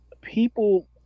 people